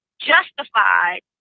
justified